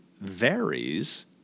varies